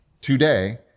today